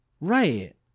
Right